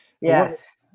Yes